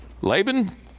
Laban